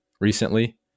recently